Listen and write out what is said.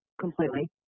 completely